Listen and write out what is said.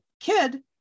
kid